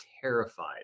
terrified